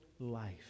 Life